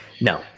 No